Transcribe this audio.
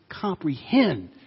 comprehend